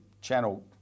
channel